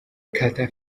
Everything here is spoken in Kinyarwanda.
kata